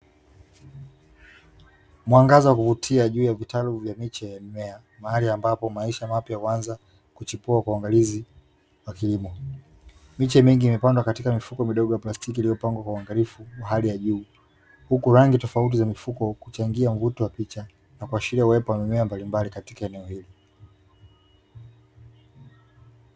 Mwangaza wa kuvutia juu ya vitalu vya miche ya mimea , mahali ambapo maisha mapya huanza kuchipua kwa uangalizi wa kilimo. Miche mingi imepandwa katika mfuko midogo ya plastiki iliyopangwa kwa uangalifu wa hali ya juu, huku rangi tofauti za mifuko, kuchangia mvuto wa picha, na kuashiria uwepo wa mimea mbalimbali katika eneo hili .